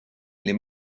les